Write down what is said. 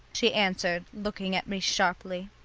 she answered, looking at me sharply.